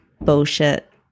bullshit